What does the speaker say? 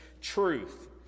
truth